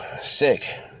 sick